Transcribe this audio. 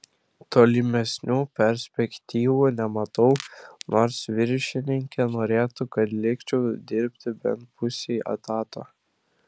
tolimesnių perspektyvų nematau nors viršininkė norėtų kad likčiau dirbti bent pusei etato